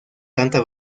tanta